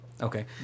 okay